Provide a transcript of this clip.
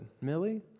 Millie